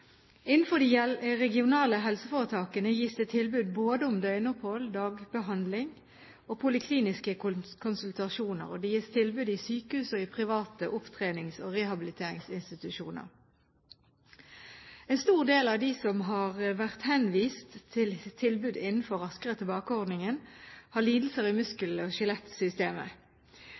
Innenfor de regionale helseforetakene gis det tilbud både om døgnopphold, dagbehandling og polikliniske konsultasjoner, og det gis tilbud i sykehus og i private opptrenings- og rehabiliteringsinstitusjoner. En stor del av dem som har vært henvist til tilbud innenfor Raskere tilbake-ordningen, har lidelser i muskel- og skjelettsystemet.